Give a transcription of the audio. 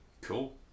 Cool